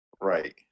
Right